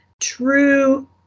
true